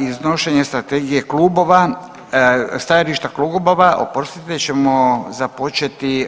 Iznošenje strategije klubova, stajališta klubova, oprostite, ćemo započeti